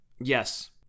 Yes